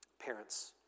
Parents